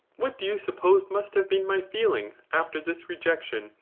what do you suppose must have been my feelings, after this rejection,